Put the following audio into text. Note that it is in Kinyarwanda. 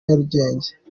nyarugenge